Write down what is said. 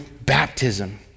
baptism